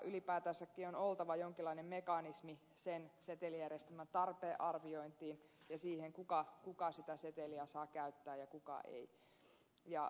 ylipäätänsäkin on oltava jonkinlainen mekanismi sen setelijärjestelmän tarpeen arviointiin ja siihen kuka sitä seteliä saa käyttää ja kuka ei